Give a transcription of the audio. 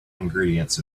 ingredients